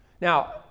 Now